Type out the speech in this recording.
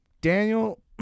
Daniel